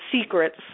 secrets